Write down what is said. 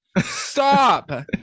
Stop